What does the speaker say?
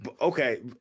Okay